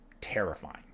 terrifying